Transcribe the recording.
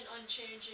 unchanging